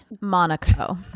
Monaco